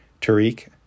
Tariq